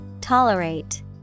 Tolerate